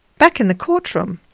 back in the court room,